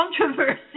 controversy